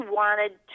wanted